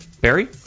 Barry